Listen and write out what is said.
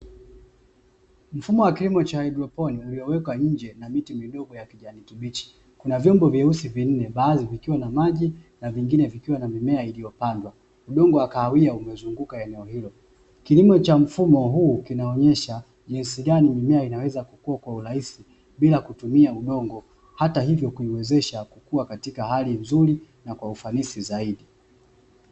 Mfumo wa kilimo cha haigroponi uliowekwa nje na miti midogo ya kijani kibichi, kuna vyombo vyeusi vinne, baadhi vikiwa na maji na vingine vikiwa na mimea iliyopandwa, udongo wa kahawia umezunguka eneo hilo. Kilimo cha mfumo huu kinaonesha jinsi gani mimea inaweza kukua kirahisi bila kutumia udongo hata hivyo kuiwezesha kukua katika hali nzuri na kwa ufanisi zaidi.